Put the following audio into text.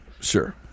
Sure